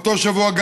באותו שבוע,